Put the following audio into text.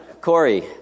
Corey